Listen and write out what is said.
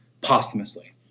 posthumously